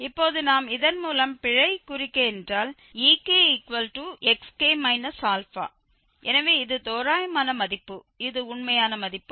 இப்போது நாம் இதன் மூலம் பிழை குறிக்க என்றால் ex α எனவே இது தோராயமான மதிப்பு இது உண்மையான மதிப்பு